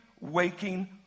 waking